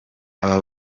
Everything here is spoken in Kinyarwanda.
aba